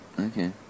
Okay